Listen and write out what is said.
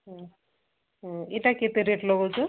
ହୁଁ ହୁଁ ଏଟା କେତେ ରେଟ୍ ଲଗାଉଛ